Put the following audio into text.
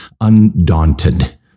Undaunted